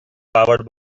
powered